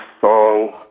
song